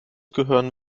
gehören